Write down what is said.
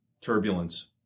turbulence